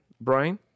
Brian